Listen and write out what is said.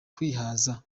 kwihaza